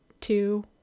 two